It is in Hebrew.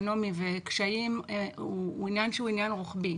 סוציו-אקונומי וקשיים הוא עניין רוחבי.